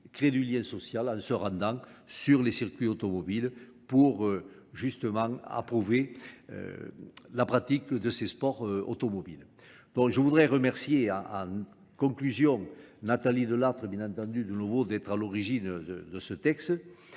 créent du lien social en se rendant sur les circuits automobiles pour, justement, approuver la pratique de ces sports automobiles. Donc, je voudrais remercier, en conclusion, Nathalie Delattre, bien entendu de nouveau, d'être à l'origine de ce texte,